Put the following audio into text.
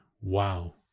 wow